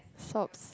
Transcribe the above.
sobs